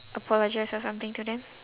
apologise or something to them